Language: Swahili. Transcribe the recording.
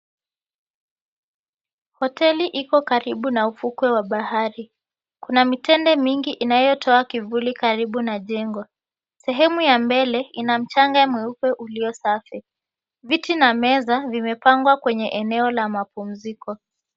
Hoteli iko karibu na ufukwe wa bahari. Kuna mitende mingi inayotua kivuli karibu na jengo. Sehemu ya mbele ina mchanga mweupe ulio safi. Viti na meza vimepangwa kwenye eneo la mapumziko.